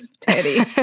Teddy